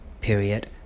period